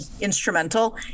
instrumental